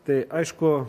tai aišku